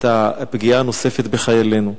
את הפגיעה הנוספת בחיילינו.